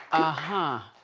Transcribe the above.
ah huh.